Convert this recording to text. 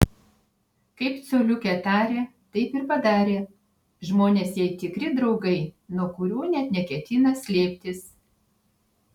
kaip coliukė tarė taip ir padarė žmonės jai tikri draugai nuo kurių net neketina slėptis